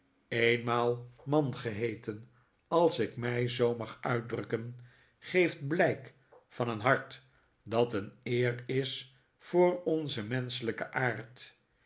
eenmaal man geheeten als ik mij zoo mag uitdrukkeh geeft blijk van een hart dat een eer is voor onzen menschelijken aard